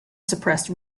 suppressed